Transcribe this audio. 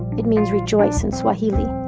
it means rejoice in swahili.